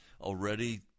Already